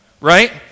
Right